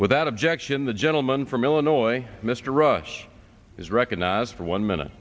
without objection the gentleman from illinois mr rush is recognized for one minute